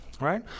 right